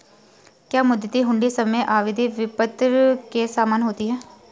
क्या मुद्दती हुंडी समय अवधि विपत्र के समान होती है?